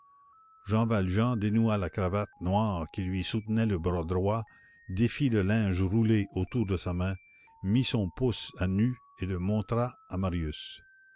jean valjean dénoua la cravate noire qui lui soutenait le bras droit défit le linge roulé autour de sa main mit son pouce à nu et le montra à marius